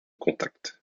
contact